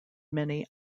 many